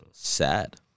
Sad